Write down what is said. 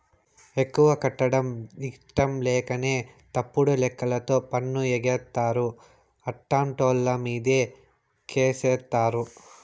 ఎక్కువ కట్టడం ఇట్టంలేకనే తప్పుడు లెక్కలతో పన్ను ఎగేస్తారు, అట్టాంటోళ్ళమీదే కేసేత్తారు